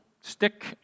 stick